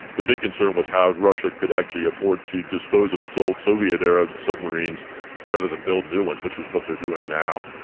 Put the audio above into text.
the big concern was how russia could actually afford to dispose of its old soviet era submarines rather than build new ones, which is what they are doing now.